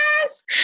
yes